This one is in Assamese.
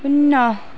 শূন্য